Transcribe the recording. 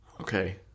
Okay